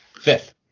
fifth